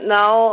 now